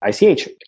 ICH